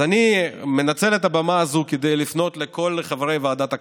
אז אני מנצל את הבמה הזו כדי לפנות לכל חברי ועדת הכספים,